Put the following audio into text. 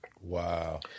Wow